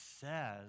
says